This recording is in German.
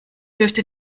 dürfte